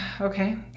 Okay